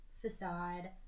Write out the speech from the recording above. facade